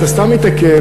אתה סתם מתעכב.